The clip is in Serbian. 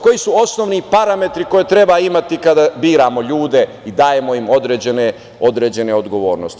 Koji su osnovni parametri koje treba imati kada biramo ljude i dajemo im određene odgovornosti?